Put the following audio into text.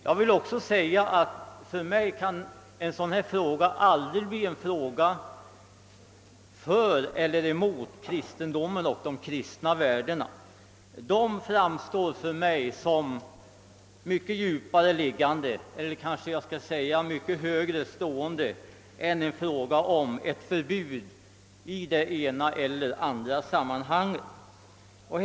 För mig kan en fråga som denna aldrig innebära ett ståndpunktstagande för eller emot kristendomen och de kristna värdena. De framstår för mig som mycket högre stående än en fråga om ett förbud i det ena eller andra sammanhanget.